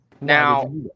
Now